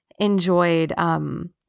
enjoyed –